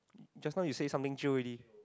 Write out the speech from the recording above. just now you said something jio already